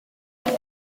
beth